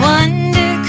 Wonder